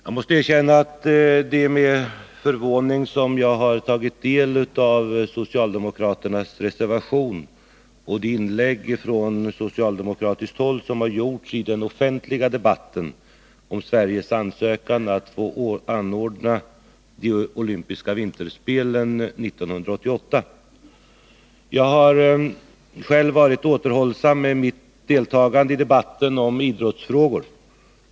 Herr talman! Jag måste erkänna att det är med förvåning jag tagit del av socialdemokraternas reservation och de inlägg från socialdemokratiskt håll som gjorts i den offentliga debatten om Sveriges ansökan om att få anordna de olympiska vinterspelen 1988. Jag har själv varit återhållsam med mitt deltagande i debatten om idrottsfrågor.